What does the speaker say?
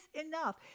enough